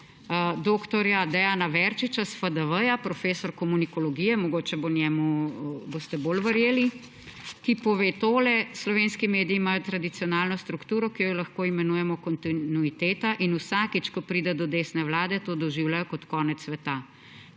dr. Dejana Verčiča s FDV, profesorja komunikologije, mogoče boste njemu bolj verjeli, pove tole: »Slovenski mediji imajo tradicionalno strukturo, ki jo lahko imenujemo kontinuiteta, in vsakič, ko pride do desne vlade, to doživljajo kot konec sveta.